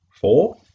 four